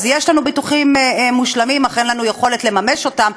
אז יש לנו ביטוחים מושלמים אך אין לנו יכולת לממש אותם,